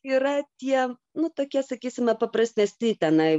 yra tie nu tokie sakysime paprastesni tenai